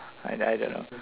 I I don't know